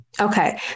okay